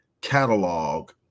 catalog